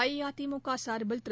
அஇஅதிமுக சார்பில் திரு